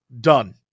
done